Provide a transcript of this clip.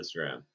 instagram